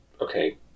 okay